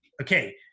okay